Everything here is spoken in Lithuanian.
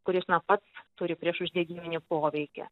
kuris na pats turi priešuždegiminį poveikį